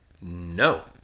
No